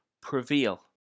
prevail